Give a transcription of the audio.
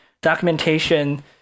documentation